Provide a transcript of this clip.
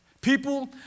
People